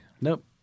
Nope